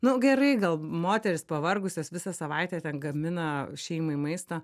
nu gerai gal moterys pavargusios visą savaitę ten gamina šeimai maistą